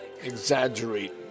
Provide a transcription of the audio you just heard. exaggerate